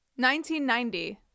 1990